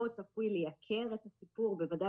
רציתי להזכיר שאנחנו דנו ארוכות בסוגיה של קביעת סדר פעולות.